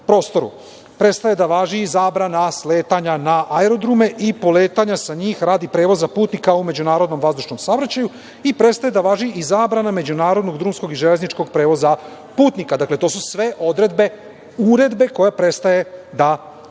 Prestaje da važi i zabrana sletanja na aerodrome i poletanja sa njih radi prevoza putnika u međunarodnom vazdušnom saobraćaju i prestaje da važi i zabrana međunarodnog, drumskog i železničkog prevoza putnika. Dakle, to su sve uredbe koje prestaju da važe.